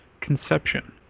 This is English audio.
conception